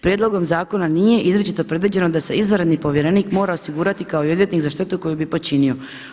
Prijedlogom zakona nije izričito predviđeno da se izvanredni povjerenik mora osigurati kao i odvjetnik za štetu koju bi počinio.